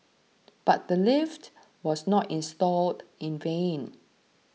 but the lift was not installed in vain